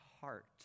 heart